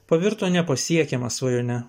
pavirto nepasiekiama svajone